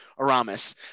aramis